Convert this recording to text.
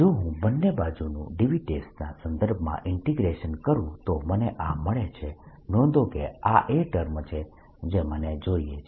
જો હું બંને બાજુનું dV ના સંદર્ભમાં ઇન્ટીગ્રેશન કરું તો મને આ મળે છે નોંધો કે આ એ જ ટર્મ છે જે મને જોઈએ છે